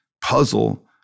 puzzle